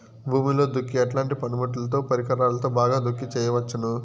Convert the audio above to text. భూమిలో దుక్కి ఎట్లాంటి పనిముట్లుతో, పరికరాలతో బాగా దుక్కి చేయవచ్చున?